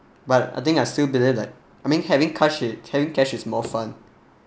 but I think I still believe that I mean having cash is carrying cash is more fun